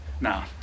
now